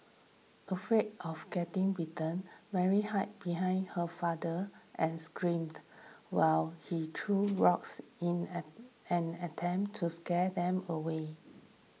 afraid of getting bitten Mary hid behind her father and screamed while he threw rocks in an an attempt to scare them away